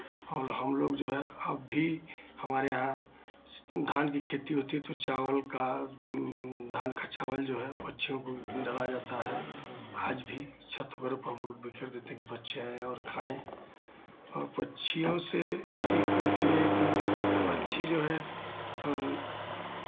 और हम लोग जो है अब भी हमारे यहाँ धान की खेती होती है तो चावल का धान का चावल जो है पक्षियों को डाला जाता है आज भी छत वगैरह पर लोग बिखेर देते हैं कि पक्षी आएँ और खाएँ और पक्षियों से सीख मिलती है कि पक्षी जो है